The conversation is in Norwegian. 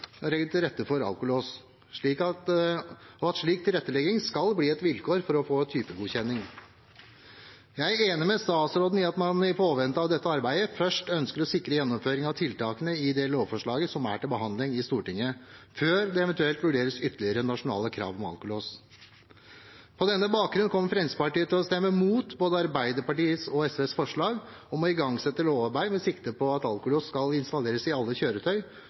til rette for alkolås, og at slik tilrettelegging skal bli et vilkår for å få typegodkjenning. Jeg er enig med statsråden i at man i påvente av dette arbeidet først ønsker å sikre gjennomføring av tiltakene i det lovforslaget som er til behandling i Stortinget, før det eventuelt vurderes ytterligere nasjonale krav om alkolås. På denne bakgrunn kommer Fremskrittspartiet til å stemme imot både Arbeiderpartiets og SVs forslag om å igangsette lovarbeid med sikte på at alkolås skal installeres i alle kjøretøy